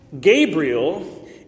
Gabriel